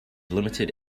limited